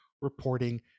reporting